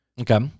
Okay